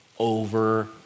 Over